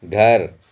گھر